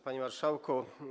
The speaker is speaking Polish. Panie Marszałku!